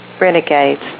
renegades